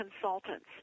consultants